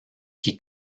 qui